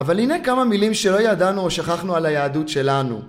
אבל הנה כמה מילים שלא ידענו או שכחנו על היהדות שלנו.